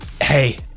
Hey